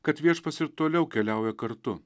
kad viešpats ir toliau keliauja kartu